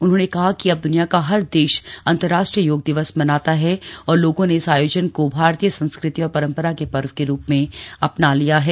उन्होंने कहा कि अब दुनिया का हर देश अंतरराष्ट्रीय योग दिवस मनाता है और लोगों ने इस आयोजन को भारतीय संस्कृति और परंपरा के पर्व के रुप में अपना लिया है